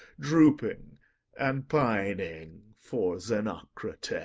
drooping and pining for zenocrate.